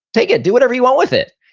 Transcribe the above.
take it. do whatever you want with it.